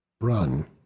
Run